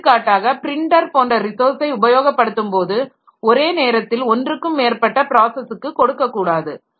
எடுத்துக்காட்டாக பிரிண்டர் போன்ற ரிசோர்ஸை உபயோகப்படுத்தும் போது ஒரே நேரத்தில் ஒன்றுக்கு மேற்பட்ட ப்ராஸஸுக்கு கொடுக்கக்கூடாது